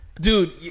Dude